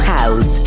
House